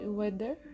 weather